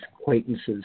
acquaintances